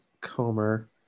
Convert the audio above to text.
Comer